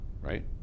right